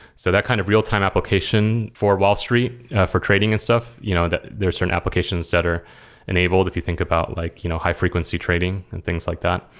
so that kind of real-time application for wall street for trading and stuff, you know there are certain applications that are enabled if you think about like you know high-frequency trading and things like that.